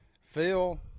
Phil